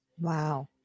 Wow